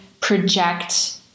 project